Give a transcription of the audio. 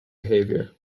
behavior